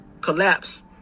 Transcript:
collapse